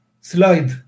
slide